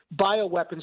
bioweapons